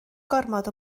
gormod